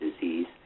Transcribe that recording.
disease